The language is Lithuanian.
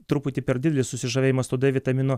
truputį per didelis susižavėjimas tuo d vitaminu